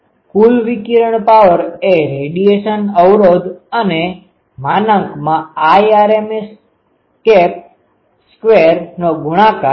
કુલ વિકિરણ પાવર એ રેડીયેશન અવરોધ અને Irms2 નો ગુણાકાર છે